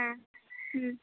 ᱦᱮᱸ